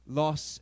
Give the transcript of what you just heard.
loss